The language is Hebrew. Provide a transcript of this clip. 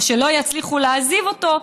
או שלא יצליחו להעזיב אותו,